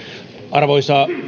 arvoisa